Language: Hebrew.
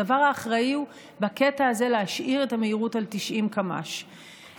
שהדבר האחראי הוא להשאיר בקטע הזה את המהירות על 90 קמ"ש ולקוות,